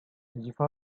зифа